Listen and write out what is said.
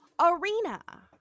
arena